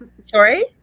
Sorry